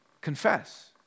Confess